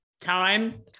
time